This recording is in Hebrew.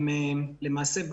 למעשה,